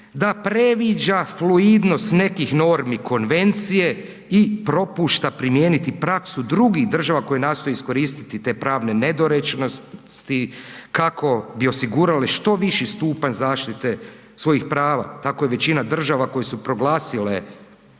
Da predviđa fluidnost nekih normi Konvencije i propušta primijeniti praksu drugih država koje nastoje iskoristiti te pravne nedorečenosti kako bi osigurali što viši stupanj zaštite svojih prava, tako većina država koje su proglasile